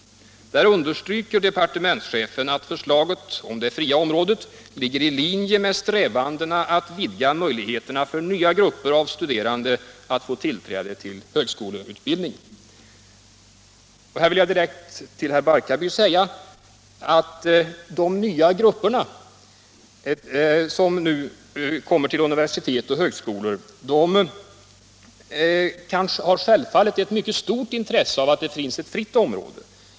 Där understryker departementschefen att förslaget om det fria området ligger i linje med strävandena att vidga möjligheterna för nya grupper av studerande att få tillträde till högskoleutbildning. I det sammanhanget vill jag direkt till herr Gustafsson i Barkarby säga att de nya grupper som nu kommer till universitet och högskolor självfallet har ett mycket stort intresse av att det finns ett fritt område.